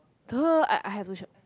!duh! I I have the shirt